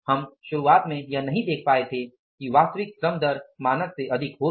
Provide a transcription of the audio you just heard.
हम शुरुआत में यह नही देख पाए थे कि वास्तविक श्रम दर मानक से अधिक होगी